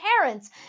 parents